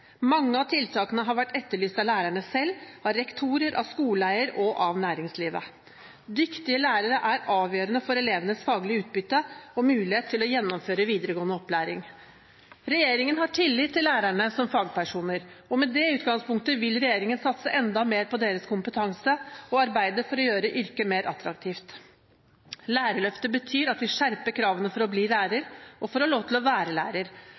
Mange av tiltakene har vært etterlyst av lærerne selv, rektorer, skoleeiere og næringslivet. Dyktige lærere er avgjørende for elevenes faglige utbytte og mulighet til å gjennomføre videregående opplæring. Regjeringen har tillit til lærerne som fagpersoner. Med det utgangspunktet vil regjeringen satse enda mer på deres kompetanse og arbeide for å gjøre yrket mer attraktivt. Lærerløftet betyr at vi skjerper kravene for å bli lærer, og for å få lov til å være lærer.